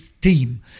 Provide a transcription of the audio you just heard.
team